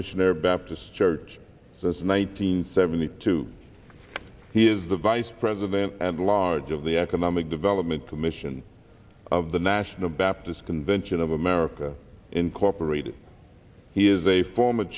missionary baptist church since the one nine hundred seventy two he is the vice president and large of the economic development commission of the national baptist convention of america incorporated he is a form